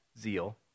zeal